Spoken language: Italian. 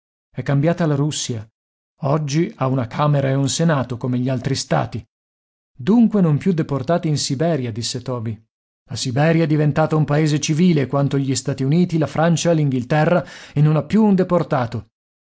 è cambiata la russia oggi ha una camera e un senato come gli altri stati dunque non più deportati in siberia disse toby la siberia è diventata un paese civile quanto gli stati uniti la francia l'inghilterra e non ha più un deportato